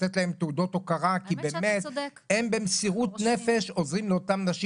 לתת להם תעודות הכרה כי באמת הם במסירות נפש עוזרים לאותן נשים.